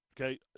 Okay